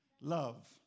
Love